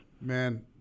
Man